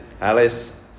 Alice